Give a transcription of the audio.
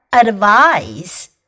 advice